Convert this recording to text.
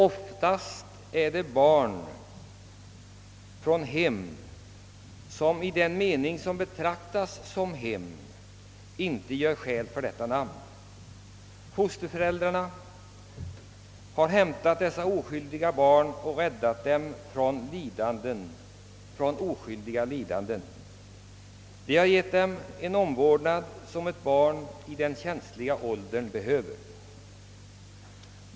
Oftast kommer barnen från hem, som inte gör skäl för beteckningen hem. Fosterföräldrarna, som hämtat dessa barn och räddat dem från oförskyllda lidanden, bar givit dessa den omvårdnad som ett barn i denna känsliga ålder behöver.